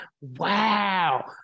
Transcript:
Wow